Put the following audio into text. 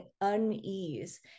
unease